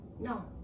No